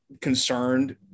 concerned